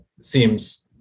seems